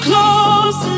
Close